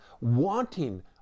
wanting